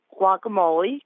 guacamole